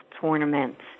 tournaments